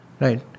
right